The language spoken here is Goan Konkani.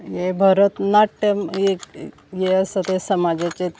हें भरतनाट्यम एक हे आसा ते समाजाचें